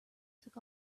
took